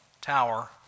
tower